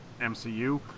MCU